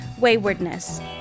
Waywardness